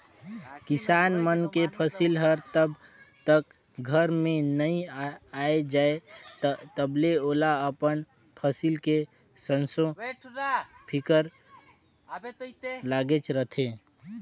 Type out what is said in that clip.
किसान मन के फसिल हर जब तक घर में नइ आये जाए तलबे ओला अपन फसिल के संसो फिकर लागेच रहथे